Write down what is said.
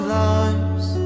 lives